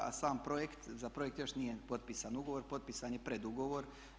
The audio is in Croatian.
A sam projekt, za projekt još nije potpisan ugovor, potpisan je predugovor.